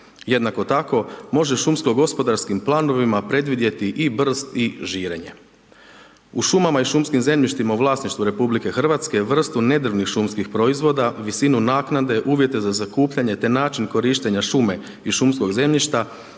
Jednako tako, može šumsko gospodarskim planovima predvidjeti i brst i žirenje. U šumama i šumskim zemljištima u vlasništvu RH, vrstu nedrvnih šumskih proizvoda, visinu naknade, uvjete za zakupljanje, te način korištenja šume i šumskog zemljišta,